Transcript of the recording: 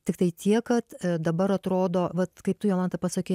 tiktai tiek kad dabar atrodo vat kaip tu jolanta pasakei